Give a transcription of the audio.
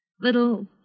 little